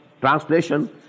translation